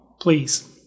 please